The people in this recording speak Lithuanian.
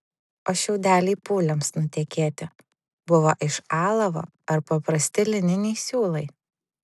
o šiaudeliai pūliams nutekėti buvo iš alavo ar paprasti lininiai siūlai